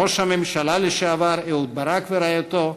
ראש הממשלה לשעבר אהוד ברק ורעייתו,